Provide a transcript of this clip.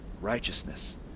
righteousness